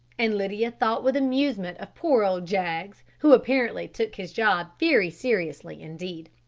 and lydia thought with amusement of poor old jaggs, who apparently took his job very seriously indeed.